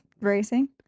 Racing